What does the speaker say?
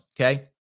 Okay